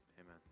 Amen